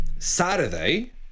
Saturday